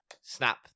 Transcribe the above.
snap